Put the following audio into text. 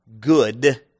good